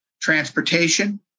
transportation